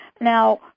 Now